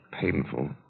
painful